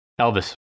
Elvis